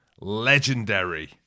legendary